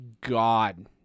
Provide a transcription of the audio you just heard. God